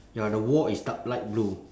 ya the wall is dark light blue